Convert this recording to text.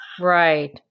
Right